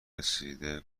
رسیده